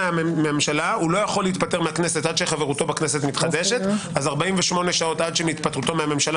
מה שהיה בכנסת הקודמת ממשיך